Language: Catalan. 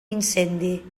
incendi